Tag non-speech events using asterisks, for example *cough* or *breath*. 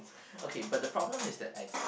*breath* okay but the problem is that I